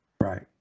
Right